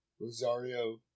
Rosario